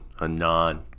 Anon